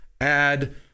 add